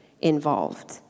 involved